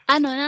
Ano